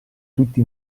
tutti